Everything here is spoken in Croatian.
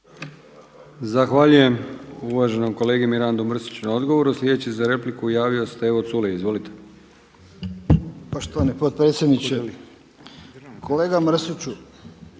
Zahvaljujem uvaženom kolegi Mirandu Mrsiću na odgovoru. Sljedeći se za repliku javio Stevo Culej. Izvolite. **Culej, Stevo (HDZ)** Poštovani potpredsjedniče. Kolega Mrsiću,